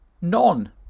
none